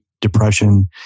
depression